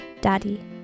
Daddy